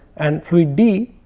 and fluid d